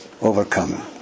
overcome